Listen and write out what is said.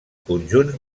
conjunts